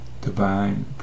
divine